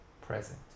Present